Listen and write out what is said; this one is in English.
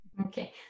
Okay